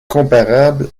comparable